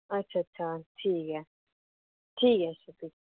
अच्छा अच्छा ठीक ऐ ठीक ऐ अच्छा फ्ही